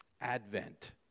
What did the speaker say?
Advent